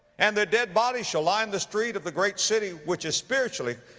and their dead bodies shall lie in the street of the great city, which is spiritually,